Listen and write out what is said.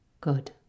Good